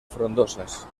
frondosas